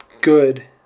good